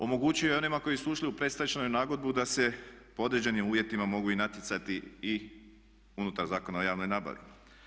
Omogućio je onima koji su ušli u predstečajnu nagodbu da se pod određenim uvjetima mogu i natjecati i unutar Zakona o javnoj nabavi.